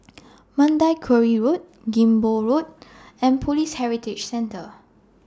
Mandai Quarry Road Ghim Moh Road and Police Heritage Centre